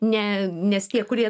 ne nes tie kurie